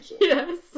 Yes